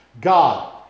God